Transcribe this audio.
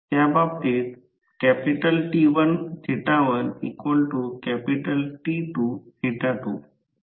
त्या बाबतीत T11T22